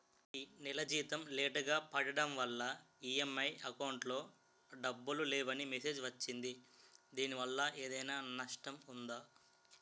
ఈ నెల జీతం లేటుగా పడటం వల్ల ఇ.ఎం.ఐ అకౌంట్ లో డబ్బులు లేవని మెసేజ్ వచ్చిందిదీనివల్ల ఏదైనా నష్టం ఉందా?